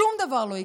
שום דבר לא יקרה.